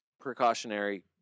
precautionary